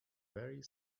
very